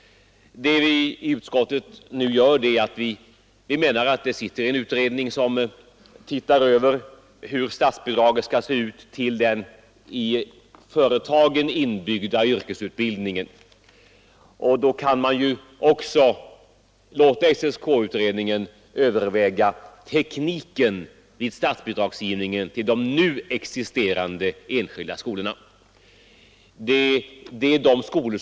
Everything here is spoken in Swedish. Utskottsmajoriteten menar att det sitter en utredning, SSK-utredningen, som har till uppgift att se över hur statsbidragen till den i företagen inbyggda yrkesutbildningen skall vara utformade. Då kan man ju också låta den utredningen överväga tekniken i statsbidragsgivningen till de nu existerande enskilda skolorna.